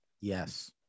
Yes